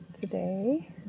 today